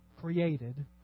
created